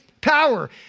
power